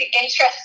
interesting